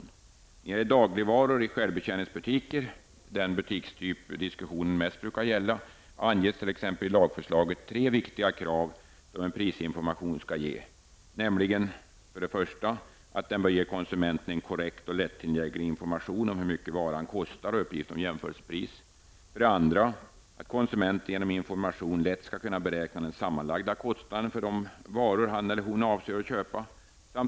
När det gäller dagligvaror i självbetjäningsbutiker -- den butikstyp diskussionen mest brukar gälla -- anges t.ex. i lagförslaget tre viktiga krav som en prisinformation skall uppfylla. För det första bör den ge konsumenten en korrekt och lättillgänglig information om hur mycket varan kostar och uppgift om jämförelsepris. För det andra skall konsumenten genom informationen lätt kunna beräkna den sammanlagda kostnaden för de varor han eller hon avser att köpa.